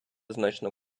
значно